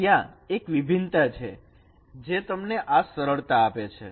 ત્યાં એક વિભિન્નતા છે જે તમને આ સરળતા આપે છે